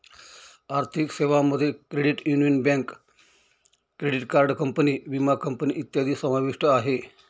आर्थिक सेवांमध्ये credit union, bank, credit card company, विमा कंपनी इत्यादी समाविष्ट आहे